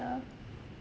err